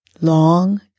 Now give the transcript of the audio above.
long